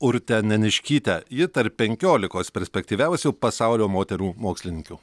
urtę neniškytę ji tarp penkiolikos perspektyviausių pasaulio moterų mokslininkių